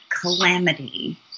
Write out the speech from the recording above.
calamity